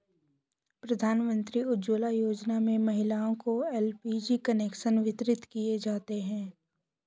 प्रधानमंत्री उज्ज्वला योजना में महिलाओं को एल.पी.जी कनेक्शन वितरित किये जाते है